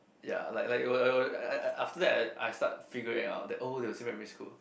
ya like like after that I I start figuring out that oh they were same primary school